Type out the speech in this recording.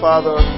Father